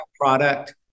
product